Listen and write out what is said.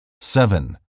seven